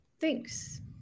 Thanks